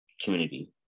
community